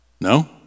No